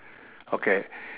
okay